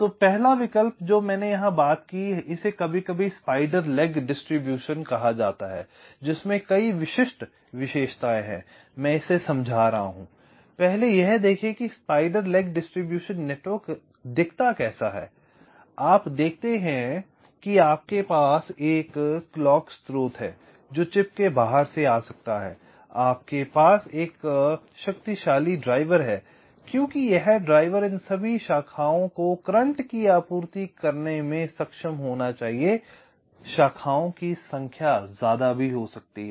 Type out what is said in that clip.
तो पहला विकल्प जो मैंने यहां बात की इसे कभी कभी स्पाइडर लेग डिस्ट्रीब्यूशन कहा जाता है जिसमे कई विशिष्ट विशेषताएं हैं मैं इसे समझा रहा हूं पहले यह देखें कि स्पाइडर लेग डिस्ट्रीब्यूशन नेटवर्क कैसा दिखता है आप देखते हैं कि आपके पास एक क्लॉक स्रोत है जो चिप के बाहर से आ सकता है आपके पास एक शक्तिशाली ड्राइवर है क्योंकि यह ड्राइवर इन सभी शाखाओं को करंट की आपूर्ति करने में सक्षम होना चाहिए शाखाओं की संख्या ज्यादा भी हो सकती है